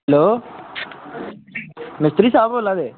hello मिस्त्री साहब बोल्ला दे